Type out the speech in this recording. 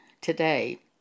today